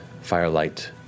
firelight